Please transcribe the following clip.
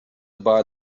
buy